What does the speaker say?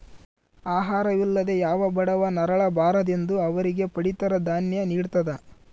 ಆಹಾರ ವಿಲ್ಲದೆ ಯಾವ ಬಡವ ನರಳ ಬಾರದೆಂದು ಅವರಿಗೆ ಪಡಿತರ ದಾನ್ಯ ನಿಡ್ತದ